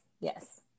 yes